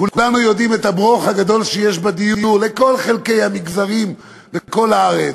כולנו יודעים את הברוך הגדול שיש בדיור לכל חלקי המגזרים בכל הארץ.